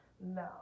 No